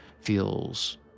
feels